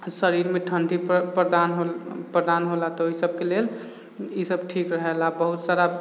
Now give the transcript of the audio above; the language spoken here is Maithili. शरीर मे ठण्डी प्रदान प्रदान होला तऽ ओहिसबके लेल ईसब ठीक रहेला बहुत सारा